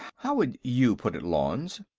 how would you put it, lanze?